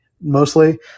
mostly